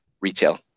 retail